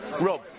Rob